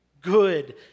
good